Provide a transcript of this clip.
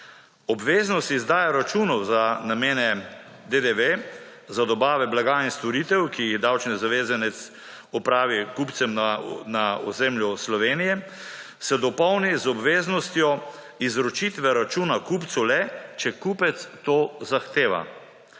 Obveznosti izdaje računov za namene DDV za dobave blaga in storitev, ki jih davčni zavezanec opravi kupcem na ozemlju Slovenije se dopolni z obveznostjo izročitve računa kupcu le, če kupec to zahteva.